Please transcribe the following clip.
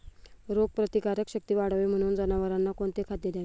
रोगप्रतिकारक शक्ती वाढावी म्हणून जनावरांना कोणते खाद्य द्यावे?